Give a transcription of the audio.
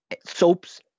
soaps